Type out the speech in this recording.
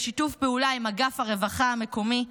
בשיתוף פעולה עם אגף הרווחה המקומי.